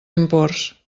imports